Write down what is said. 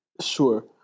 Sure